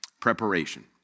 preparation